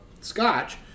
scotch